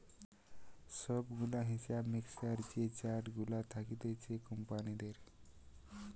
সব গুলা হিসাব মিক্সের যে চার্ট গুলা থাকতিছে কোম্পানিদের